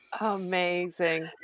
Amazing